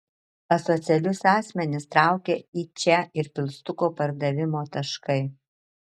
asocialius asmenis traukia į čia ir pilstuko pardavimo taškai